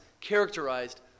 characterized